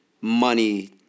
money